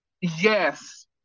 Yes